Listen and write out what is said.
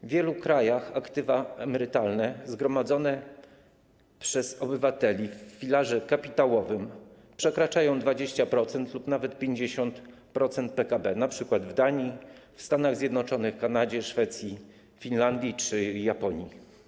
W wielu krajach aktywa emerytalne, zgromadzone przez obywateli w filarze kapitałowym, przekraczają 20% lub nawet 50% PKB, np. w Danii, Stanach Zjednoczonych, Kanadzie, Szwecji, Finlandii czy Japonii.